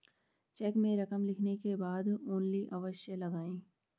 check में रकम लिखने के बाद ओन्ली अवश्य लगाएँ